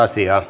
asia